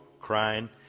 crying